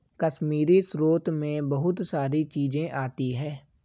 कश्मीरी स्रोत मैं बहुत सारी चीजें आती है